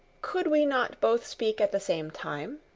could we not both speak at the same time?